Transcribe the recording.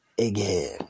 again